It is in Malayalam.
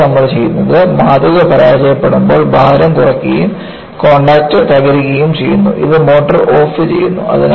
കൂടാതെ നമ്മൾ ചെയ്യുന്നത് മാതൃക പരാജയപ്പെടുമ്പോൾ ഭാരം കുറയുകയും കോൺടാക്റ്റ് തകരുകയും ചെയ്യുന്നു ഇത് മോട്ടോർ ഓഫ് ചെയ്യുന്നു